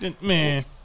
Man